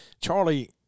Charlie